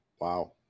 Wow